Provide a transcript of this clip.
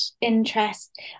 interest